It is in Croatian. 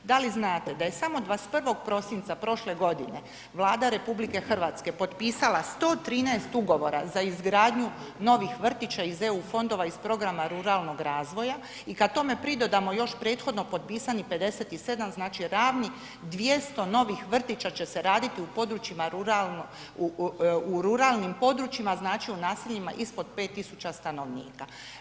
Da li znate, da je samo 21. prosinca prošle godine, Vlada RH, potpisala 113 ugovora za izgradnju novih vrtića iz EU fondova iz programa ruralnog razvoja i kada tome pridodamo još prethodno potpisanih 57, znači ravnih 200 novih će se raditi u područjima, u ruralnim područjima, znači u naseljima ispod 5000 stanovnika.